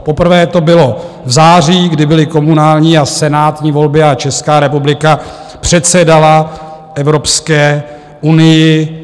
Poprvé to bylo v září, kdy byly komunální a senátní volby a Česká republika předsedala Evropské unii.